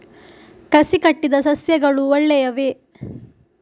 ಕಸಿ ಕಟ್ಟಿದ ಸಸ್ಯಗಳು ಒಳ್ಳೆಯವೇ?